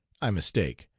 i mistake.